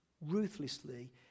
Ruthlessly